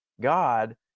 God